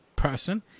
person